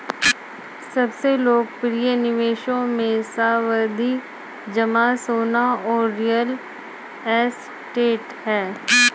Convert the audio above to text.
सबसे लोकप्रिय निवेशों मे, सावधि जमा, सोना और रियल एस्टेट है